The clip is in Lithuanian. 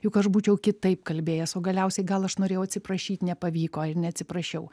juk aš būčiau kitaip kalbėjęs o galiausiai gal aš norėjau atsiprašyt nepavyko ir neatsiprašiau